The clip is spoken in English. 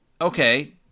okay